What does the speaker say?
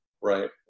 right